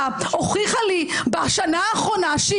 אנחנו נמשיך בסעיפים שדיברנו עליהם.